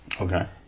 Okay